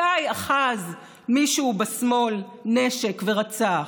מתי אחז מישהו בשמאל נשק ורצח,